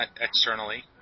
externally